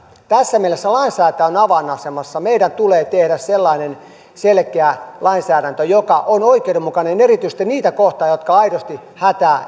tässä mielessä lainsäätäjä on avainasemassa meidän tulee tehdä sellainen selkeä lainsäädäntö joka on oikeudenmukainen erityisesti niitä kohtaan jotka aidosti hätää